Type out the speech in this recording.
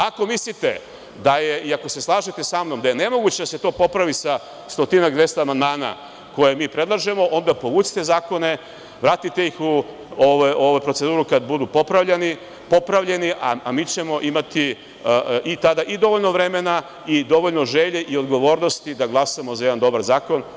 Ako mislite i ako se slažete samnom da je nemoguće da se to popravi sa stotinak, 200 amandmana koje mi predlažemo, onda povucite zakone, vratite ih u proceduru kad budu popravljeni, a mi ćemo imati tada i dovoljno vremena i dovoljno želje i odgovornosti da glasamo za jedan dobar zakon.